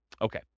Okay